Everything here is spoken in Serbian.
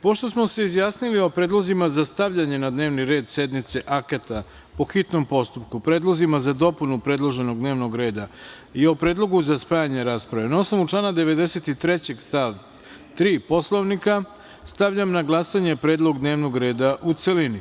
Pošto smo se izjasnili o predlozima za stavljanje na dnevni red sednice akata po hitnom postupku, predlozima za dopunu predloženog dnevnog reda i o predlogu za spajanje rasprave, na osnovu člana 93. stav 3. Poslovnika, stavljam na glasanje predlog dnevnog reda u celini.